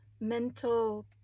mental